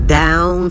down